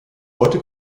heute